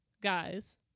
guys